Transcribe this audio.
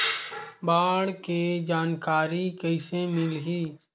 बाढ़ के जानकारी कइसे मिलही?